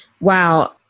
Wow